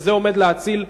וזה עומד להציל,